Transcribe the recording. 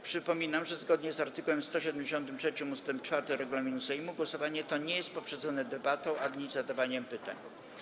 Przypominam, że zgodnie z art. 173 ust. 4 regulaminu Sejmu głosowanie to nie jest poprzedzone debatą ani zadawaniem pytań.